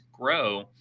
grow